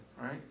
right